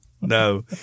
No